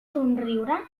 somriure